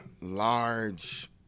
large